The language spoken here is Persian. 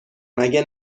مگه